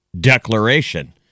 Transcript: declaration